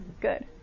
Good